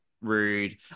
rude